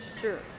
sure